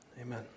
Amen